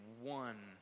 one